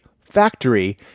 factory